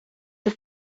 ist